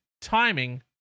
timing